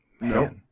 No